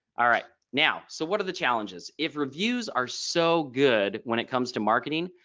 all right. now so what are the challenges if reviews are so good when it comes to marketing?